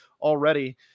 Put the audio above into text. already